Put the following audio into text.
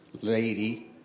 lady